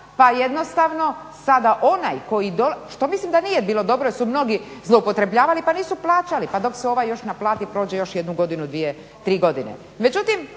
pa jednostavno sada onaj koji, što mislim da nije bilo dobro jer su mnogi zloupotrebljavali pa nisu plaćali pa dok se ovaj još naplati prođe još jednu godinu, dvije, tri godine.